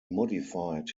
modified